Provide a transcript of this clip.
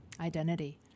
identity